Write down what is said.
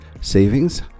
savings